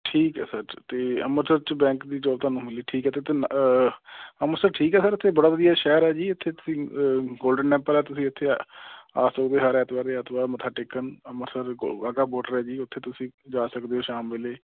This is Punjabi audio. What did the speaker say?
ਠੀਕ ਹੈ ਸਰ ਤ ਅਤੇ ਅੰਮ੍ਰਿਤਸਰ 'ਚ ਬੈਂਕ ਦੀ ਜੋਬ ਤੁਹਾਨੂੰ ਮਿਲੀ ਠੀਕ ਹੈ ਅਤੇ ਨ ਅੰਮ੍ਰਿਤਸਰ ਠੀਕ ਹੈ ਸਰ ਇੱਥੇ ਬੜਾ ਵਧੀਆ ਸ਼ਹਿਰ ਹੈ ਜੀ ਇੱਥੇ ਤੁਸੀਂ ਗੋਲਡਨ ਟੈਂਪਲ ਆ ਤੁਸੀਂ ਇੱਥੇ ਖਾਸ ਤੌਰ 'ਤੇ ਹਰ ਐਤਵਾਰ ਦੀ ਐਤਵਾਰ ਮੱਥਾ ਟੇਕਣ ਅੰਮ੍ਰਿਤਸਰ ਦੇ ਕੋਲ ਵਾਹਗਾ ਬੋਡਰ ਹੈ ਜੀ ਉੱਥੇ ਤੁਸੀਂ ਜਾ ਸਕਦੇ ਹੋ ਸ਼ਾਮ ਵੇਲੇ